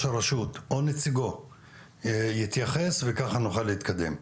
הרשות או נציגו יתייחס וככה נוכל להתקדם.